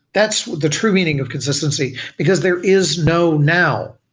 that's the true meaning of consistency, because there is no now.